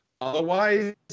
Otherwise